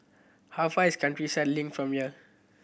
how far is Countryside Link from here